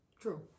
True